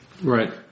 Right